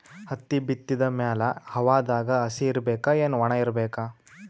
ಹತ್ತಿ ಬಿತ್ತದ ಮ್ಯಾಲ ಹವಾದಾಗ ಹಸಿ ಇರಬೇಕಾ, ಏನ್ ಒಣಇರಬೇಕ?